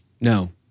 no